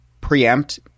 preempt